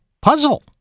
puzzle